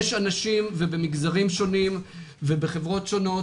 יש אנשים במגזרים שונים ובחברות שונות,